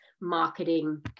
marketing